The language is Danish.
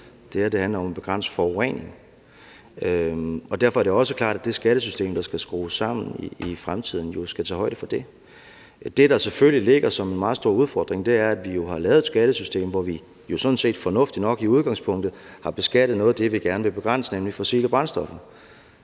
her handler om at begrænse forureningen. Derfor er det også klart, at det skattesystem, der skal skrues sammen i fremtiden, skal tage højde for det. Det, der selvfølgelig ligger som en meget stor udfordring, er, at vi har lavet et skattesystem, hvor vi jo sådan set fornuftigt nok i udgangspunktet har beskattet noget af det, vi gerne vil begrænse, nemlig fossile brændstoffer.